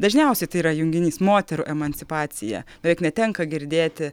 dažniausiai tai yra junginys moterų emancipacija beveik netenka girdėti